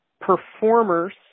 performers